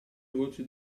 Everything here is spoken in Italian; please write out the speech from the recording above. voce